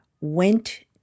went